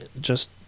just-